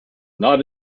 not